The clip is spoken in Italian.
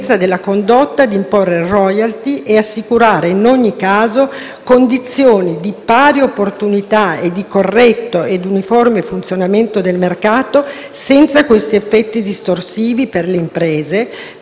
la correttezza della condotta di imporre *royalty* e assicurare in ogni caso condizioni di pari opportunità e di corretto ed uniforme funzionamento del mercato senza effetti distorsivi per le imprese